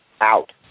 Out